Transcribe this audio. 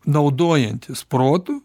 naudojantis protu